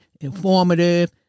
informative